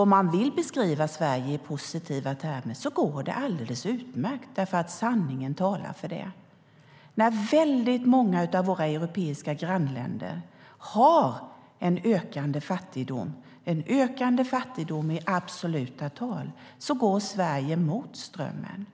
Om man vill beskriva Sverige i positiva termer går det alldeles utmärkt, eftersom sanningen talar för det. När väldigt många av våra europeiska grannländer har en ökande fattigdom i absoluta tal går Sverige mot strömmen.